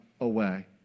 away